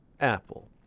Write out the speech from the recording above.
apple